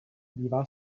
bývá